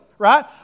Right